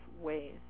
ways